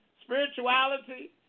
spirituality